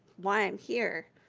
why i'm here.